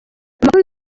amakuru